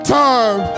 time